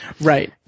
right